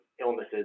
illnesses